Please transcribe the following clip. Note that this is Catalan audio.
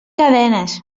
cadenes